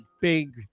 big